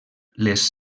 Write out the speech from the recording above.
les